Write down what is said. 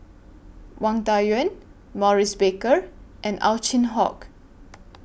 Wang Dayuan Maurice Baker and Ow Chin Hock